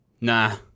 Nah